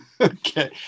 Okay